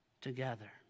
together